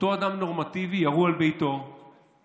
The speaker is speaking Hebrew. אותו אדם נורמטיבי, ירו על ביתו עבריינים,